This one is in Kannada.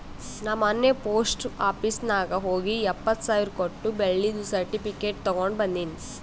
ನಾ ಮೊನ್ನೆ ಪೋಸ್ಟ್ ಆಫೀಸ್ ನಾಗ್ ಹೋಗಿ ಎಪ್ಪತ್ ಸಾವಿರ್ ಕೊಟ್ಟು ಬೆಳ್ಳಿದು ಸರ್ಟಿಫಿಕೇಟ್ ತಗೊಂಡ್ ಬಂದಿನಿ